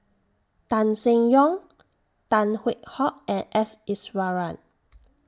Tan Seng Yong Tan Hwee Hock and S Iswaran